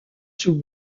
sous